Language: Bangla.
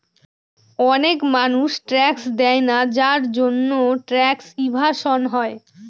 অনেক মানুষ ট্যাক্স দেয়না যার জন্যে ট্যাক্স এভাসন হয়